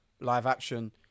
live-action